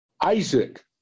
Isaac